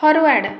forward